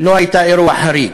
לא הייתה אירוע חריג.